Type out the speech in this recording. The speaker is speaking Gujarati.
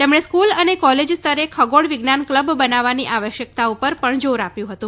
તેમણે સ્ક્રલ અને કોલેજ સ્તરે ખગોળ વિજ્ઞાન કલબ બનાવવાની આવશ્યકતા ઉપર પણ જોર આપ્યું હતું